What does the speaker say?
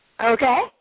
Okay